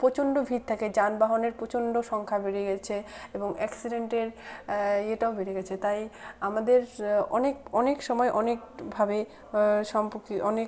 প্রচণ্ড ভিড় থাকে যানবাহনের প্রচণ্ড সংখ্যা বেড়ে গিয়েছে এবং অ্যাক্সিডেন্টের ইয়েটাও বেড়ে গিয়েছে তাই আমাদের অনেক অনেক সময় অনেকভাবে সম্পর্কে অনেক